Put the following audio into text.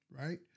right